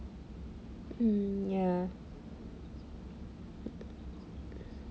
mm ya